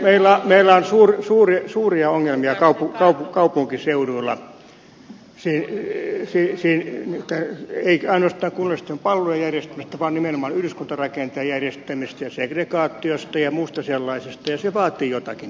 meillä on suuria ongelmia kaupunkiseuduilla ei ainoastaan kunnallisten palvelujen järjestämisestä vaan nimenomaan yhdyskuntarakenteen järjestämisestä ja segregaatiosta ja muusta sellaisesta ja se vaatii joitakin toimenpiteitä